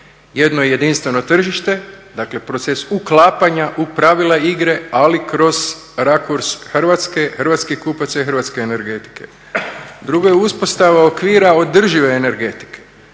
Jedno jedinstveno tržište, dakle proces uklapanja u pravila igre, ali kroz rakurs Hrvatske, hrvatskih kupaca, hrvatske energetike. Drugo je uspostava okvira održive energetike.